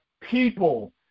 people